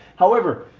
however,